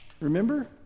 remember